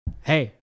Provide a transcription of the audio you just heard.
Hey